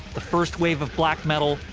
the first wave of black metal,